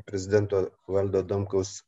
prezidento valdo adamkaus